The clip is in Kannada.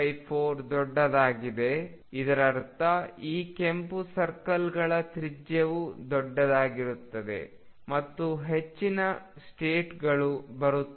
V0L24 ದೊಡ್ಡದಾದರೆ ಇದರರ್ಥ ಈ ಕೆಂಪು ಸರ್ಕಲ್ಗಳ ತ್ರಿಜ್ಯವು ದೊಡ್ಡದಾಗುತ್ತದೆ ಮತ್ತು ಹೆಚ್ಚಿನ ಸ್ಟೇಟ್ಗಳು ಬರುತ್ತವೆ